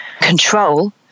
control